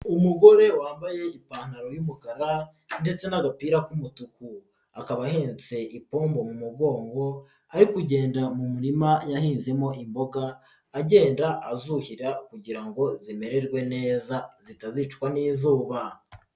Umugore wambaye ipantaro y'umukara ndetse n'agapira k'umutuku. Akaba ahetse ipombo mu mugongo, ari kugenda mu murima yahinzemo imboga, agenda azuhira kugira ngo zimererwe neza zitazicwa n'izuba.